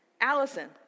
Allison